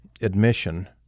admission